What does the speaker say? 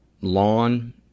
lawn